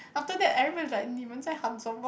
after that everybody like 你们在喊什么